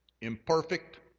imperfect